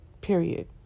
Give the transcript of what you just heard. period